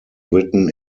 written